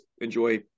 enjoy